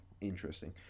interesting